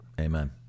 Amen